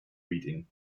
reading